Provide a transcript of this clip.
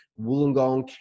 Wollongong